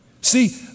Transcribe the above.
See